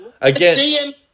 again